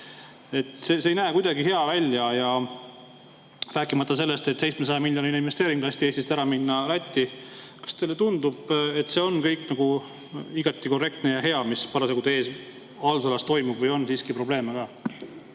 See ei näe kuidagi hea välja, rääkimata sellest, et 700-miljoniline investeering lasti Eestist ära minna Lätti. Kas teile tundub, et see on kõik igati korrektne ja hea, mis parasjagu teie haldusalas toimub, või on siiski probleeme ka?